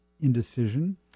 indecision